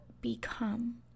become